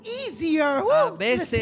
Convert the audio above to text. easier